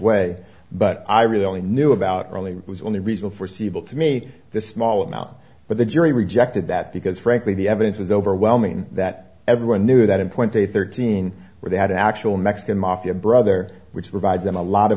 way but i really only knew about really was only reason for siebel to me this small amount but the jury rejected that because frankly the evidence was overwhelming that everyone knew that in twenty thirteen where they had an actual mexican mafia brother which provides them a lot of